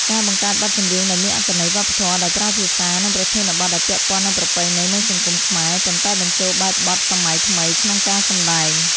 ការបង្កើតបទចម្រៀងដែលមានអត្ថន័យវប្បធម៌ ដោយប្រើភាសា និងប្រធានបទដែលពាក់ព័ន្ធនឹងប្រពៃណី និងសង្គមខ្មែរ ប៉ុន្តែបញ្ចូលបែបបទសម័យថ្មីក្នុងការសម្តែង។